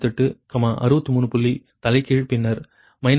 98 63 புள்ளி தலைகீழ் பின்னர் 2